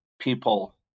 people